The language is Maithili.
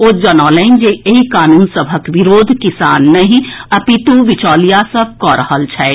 ओ जनौलनि जे एहि कानून सभक विरोध किसान नहि अपितु विचौलिया सभ कऽ रहल छथि